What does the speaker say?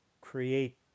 create